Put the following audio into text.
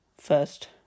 first